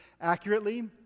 accurately